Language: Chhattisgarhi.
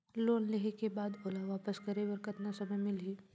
लोन लेहे के बाद ओला वापस करे बर कतना समय मिलही?